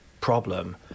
problem